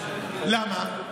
למה?